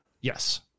Yes